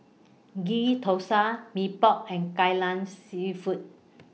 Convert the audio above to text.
Ghee Thosai Mee Pok and Kai Lan Seafood